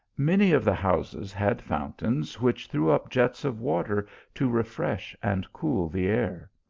many of the houses had fountains, which threw up jets of water to refresh and cool the air.